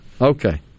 okay